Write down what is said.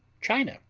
china,